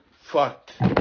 fucked